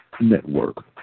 Network